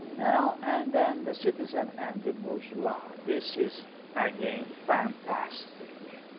well and then the citizen and the bourgeois. this is again fantastic.